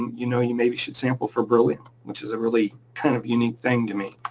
you know you may be should sample for beryllium which is a really kind of unique thing to me.